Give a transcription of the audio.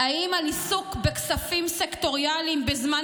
האם על עיסוק בכספים סקטוריאליים בזמן